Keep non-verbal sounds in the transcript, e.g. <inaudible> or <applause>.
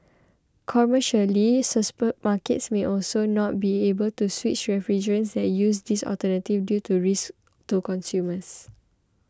commercially <unintelligible> markets may also not be able switch refrigerants that use these alternatives due to risks to consumers